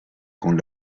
con